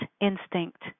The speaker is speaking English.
instinct